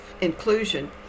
inclusion